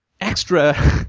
extra